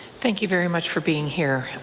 thank you very much for being here.